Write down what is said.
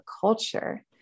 culture